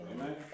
Amen